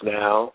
now